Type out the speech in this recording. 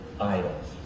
idols